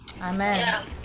Amen